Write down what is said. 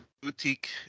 boutique